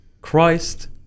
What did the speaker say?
Christ